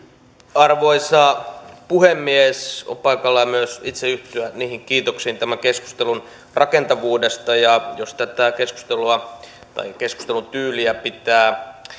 arvoisa puhemies on paikallaan yhtyä kiitoksiin tämän keskustelun rakentavuudesta jos tätä keskustelua tai keskustelun tyyliä pitää